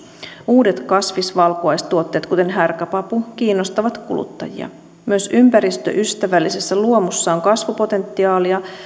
uudet kasvisvalkuaistuotteet kuten härkäpapu kiinnostavat kuluttajia myös ympäristöystävällisessä luomussa on kasvupotentiaalia